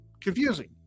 confusing